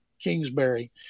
Kingsbury